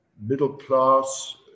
middle-class